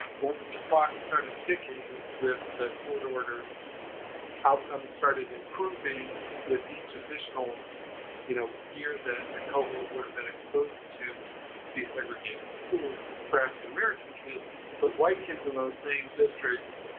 once the clock started ticking with the court order outcomes started improving with each additional you know, year that a cohort would've been exposed to desegregated schools for african american kids but white kids in those same districts,